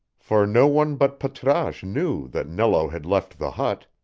for no one but patrasche knew that nello had left the hut,